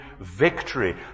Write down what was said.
victory